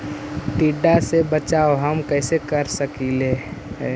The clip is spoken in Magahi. टीडा से बचाव हम कैसे कर सकली हे?